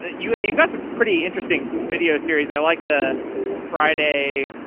you you got some pretty interesting video series. i like the friday,